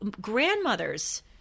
grandmothers